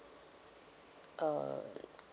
uh